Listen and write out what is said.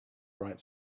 bright